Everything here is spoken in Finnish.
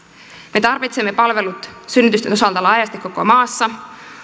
me tarvitsemme palvelut synnytysten osalta laajasti koko maassa